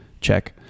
check